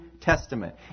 Testament